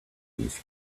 these